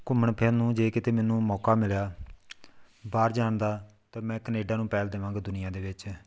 ਘੁੰਮਣ ਫਿਰਨ ਨੂੰ ਜੇ ਕਿਤੇ ਮੈਨੂੰ ਮੌਕਾ ਮਿਲਿਆ ਬਾਹਰ ਜਾਣ ਦਾ ਤਾਂ ਮੈਂ ਕਨੇਡਾ ਨੂੰ ਪਹਿਲ ਦੇਵਾਂਗਾ ਦੁਨੀਆਂ ਦੇ ਵਿੱਚ